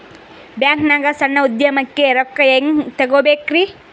ಬ್ಯಾಂಕ್ನಾಗ ಸಣ್ಣ ಉದ್ಯಮಕ್ಕೆ ರೊಕ್ಕ ಹೆಂಗೆ ತಗೋಬೇಕ್ರಿ?